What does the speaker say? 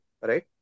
right